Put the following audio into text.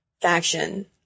faction